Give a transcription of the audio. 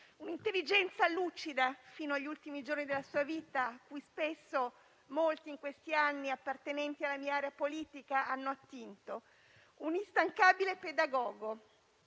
Un'intelligenza lucida fino agli ultimi giorni della sua vita, cui spesso in questi anni molti appartenenti alla mia area politica hanno attinto. Un instancabile pedagogo.